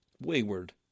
wayward